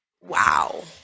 wow